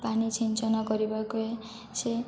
ପାଣି ସିଞ୍ଚନ କରିବାକୁ ସେ